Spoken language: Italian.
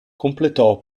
completò